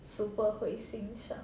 super 会欣赏